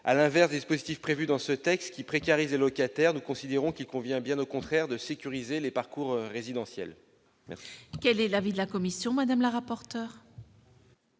À l'inverse des dispositifs prévus dans ce texte, qui précarisent les locataires, nous considérons qu'il convient de sécuriser les parcours résidentiels. Quel est l'avis de la commission ? Chacun l'aura